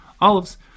olives